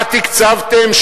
מה תקצבתם?